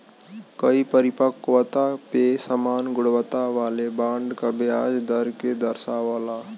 कई परिपक्वता पे समान गुणवत्ता वाले बॉन्ड क ब्याज दर के दर्शावला